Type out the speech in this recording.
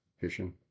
Fishing